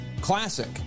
classic